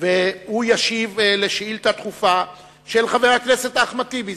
והוא ישיב על שאילתא דחופה של חבר הכנסת אחמד טיבי,